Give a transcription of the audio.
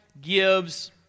gives